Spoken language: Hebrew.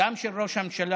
גם של ראש הממשלה,